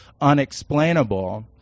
unexplainable